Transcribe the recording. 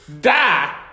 Die